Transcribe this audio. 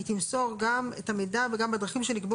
היא תמסור גם את המידע וגם בדרכים שנקבעו